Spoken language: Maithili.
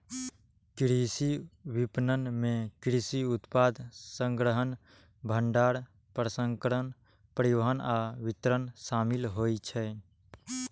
कृषि विपणन मे कृषि उत्पाद संग्रहण, भंडारण, प्रसंस्करण, परिवहन आ वितरण शामिल होइ छै